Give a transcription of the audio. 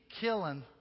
killing